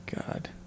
God